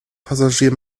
passagier